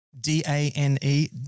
D-A-N-E